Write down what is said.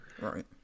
right